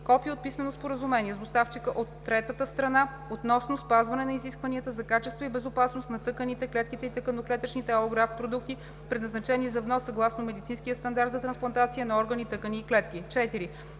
копие от писмено споразумение с доставчика от третата страна относно спазване на изискванията за качество и безопасност на тъканите, клетките и тъканно-клетъчните алографт продукти, предназначени за внос, съгласно медицинския стандарт за трансплантация на органи, тъкани и клетки;